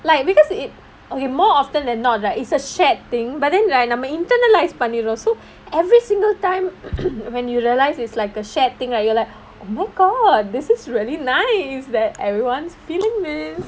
like because it okay more often than not right it's a shared thing but then like நம்ம:namma internalised பண்ணிறோம்:pannirom so every single time when you realise it's like a shared thing right you're like oh my god this is really nice that everyone is feeling this